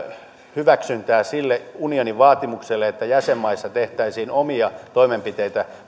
hyväksyntää sille unionin vaatimukselle että jäsenmaissa tehtäisiin omia toimenpiteitä